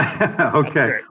Okay